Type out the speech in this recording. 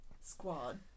Squad